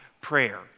prayer